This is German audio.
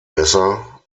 besser